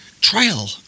trial